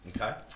Okay